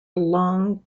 long